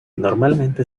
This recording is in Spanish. normalmente